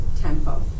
tempo